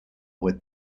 with